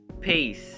Peace